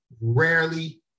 rarely